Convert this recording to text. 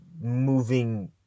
moving